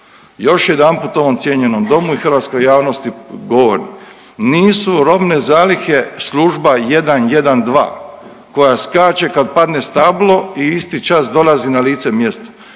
Još jedanput ovom cijenjenom domu i hrvatskoj javnosti govorim nisu robne zalihe služba 112 koja skače kad padne stablo i isti čas dolazi na lice mjesta.